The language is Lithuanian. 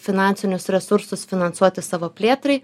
finansinius resursus finansuoti savo plėtrai